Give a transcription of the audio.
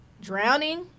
Drowning